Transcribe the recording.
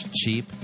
cheap